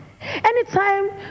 anytime